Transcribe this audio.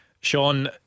Sean